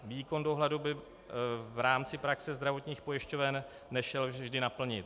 Výkon dohledu by v rámci praxe zdravotních pojišťoven nešel vždy naplnit.